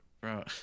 Bro